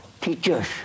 teachers